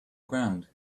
ground